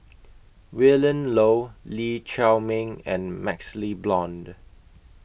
Willin Low Lee Chiaw Meng and MaxLe Blond